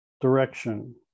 direction